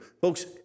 Folks